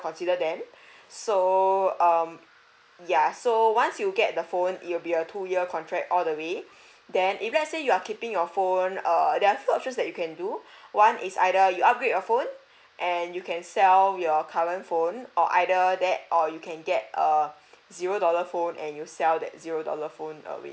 to consider them so uh ya so once you get the phone it will be a two year contract all the way then if let's say you're keeping your phone err there's a few option that you can do one is either you upgrade your phone and you can sell your current phone or either that or you can get err zero dollar phone and you sell that zero dollar phone uh we